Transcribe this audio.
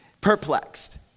perplexed